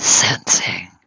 sensing